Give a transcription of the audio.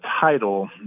title